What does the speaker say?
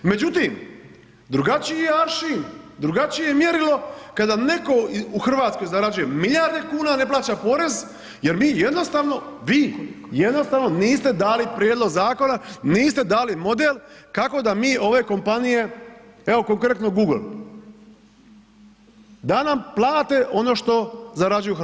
Međutim, drugačiji je aršim, drugačije je mjerilo kada netko u RH zarađuje milijarde kuna, ne plaća porez jer mi jednostavno, vi jednostavno niste dali prijedlog zakona, niste dali model kako da mi ove kompanije, evo konkretno Google, da nam plate ono što zarađuju u RH.